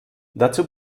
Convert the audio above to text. dazu